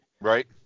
Right